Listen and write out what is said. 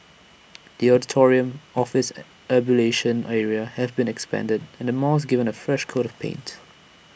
the auditorium office and ablution area have been expanded and the mosque given A fresh coat of paint